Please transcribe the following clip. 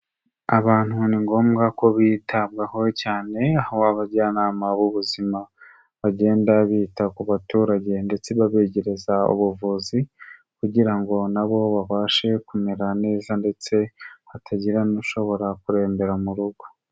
Abantu ni ngombwa ko bitabwaho cyane, aho abajyanama b'ubuzima bagenda bita ku baturage ndetse babegereza ubuvuzi, kugira ngo nabo babashe kumera neza ndetse hatagira n'ushobora kurembera mu rugo.